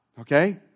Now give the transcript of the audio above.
Okay